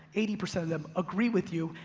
eighty percent of them agree with you,